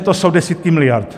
To jsou desítky miliard.